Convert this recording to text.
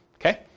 Okay